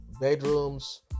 bedrooms